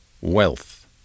wealth